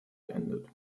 beendet